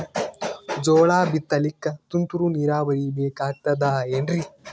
ಜೋಳ ಬಿತಲಿಕ ತುಂತುರ ನೀರಾವರಿ ಬೇಕಾಗತದ ಏನ್ರೀ?